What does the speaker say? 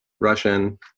Russian